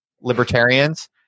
libertarians